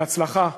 בהצלחה,